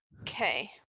okay